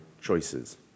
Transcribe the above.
choices